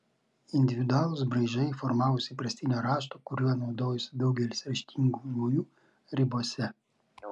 individualūs braižai formavosi įprastinio rašto kuriuo naudojosi daugelis raštingų žmonių ribose